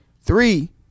three